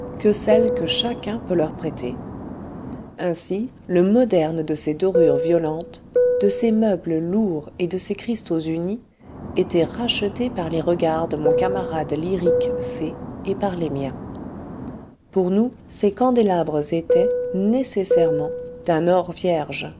celle que chacun peut leur prêter ainsi le moderne de ces dorures violentes de ces meubles lourds et de ces cristaux unis était racheté par les regards de mon camarade lyrique c et par les miens pour nous ces candélabres étaient nécessairement d'un or vierge